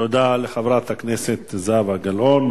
תודה לחברת הכנסת זהבה גלאון,